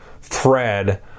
thread